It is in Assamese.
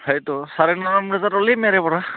সেইতটো চাৰে নটা মান বজাত উলিম এয়াৰে পৰা